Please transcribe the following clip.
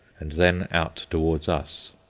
and then out towards us,